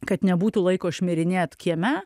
kad nebūtų laiko šmirinėt kieme